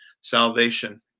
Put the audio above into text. salvation